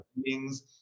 meetings